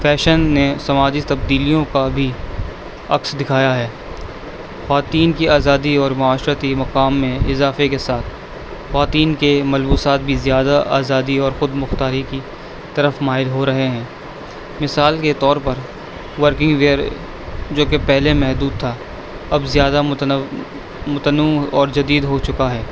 fashion نے سماجی تبدیلیوں کا بھی عکس دکھایا ہے خواتین کی آزادی اور معاشرتی مقام میں اضافے کے ساتھ خواتین کے ملبوسات بھی زیادہ آزادی اور خود مختاری کی طرف مائل ہو رہے ہیں مثال کے طور پر ورکنگ ویئر جو کہ پہلے محدود تھا اب زیادہ متنوع متنوع اور جدید ہو چکا ہے